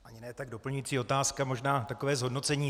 Ani ne tak doplňující otázka, možná takové zhodnocení.